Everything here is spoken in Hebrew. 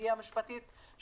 סוגיה משפטית,